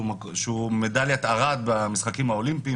שהוא עם מדליית ארד במשחקים האולימפיים,